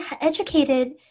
educated